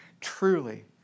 Truly